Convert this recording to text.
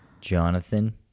Jonathan